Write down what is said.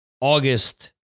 August